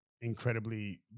incredibly